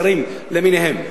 זרים למיניהם,